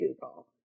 google